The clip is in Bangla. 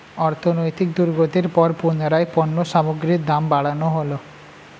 অর্থনৈতিক দুর্গতির পর পুনরায় পণ্য সামগ্রীর দাম বাড়ানো হলো